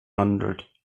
handelt